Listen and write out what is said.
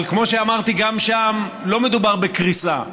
אבל כמו שאמרתי, גם שם לא מדובר בקריסה.